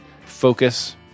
focus